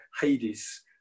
Hades